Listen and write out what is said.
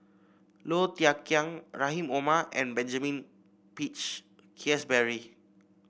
Low Thia Khiang Rahim Omar and Benjamin Peach Keasberry